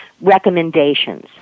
recommendations